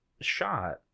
shot